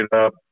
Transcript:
up